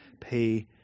pay